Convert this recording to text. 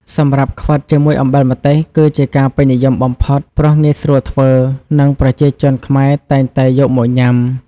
សម្រាប់់ខ្វិតជាមួយអំបិលម្ទេស គឺជាការពេញនិយមបំផុតព្រោះងាយស្រួលធ្វើ ដែលប្រជាជនខ្មែរតែងតែយកមកញ៉ាំ។